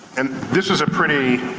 and this is a pretty,